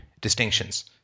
Distinctions